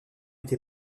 été